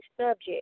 subject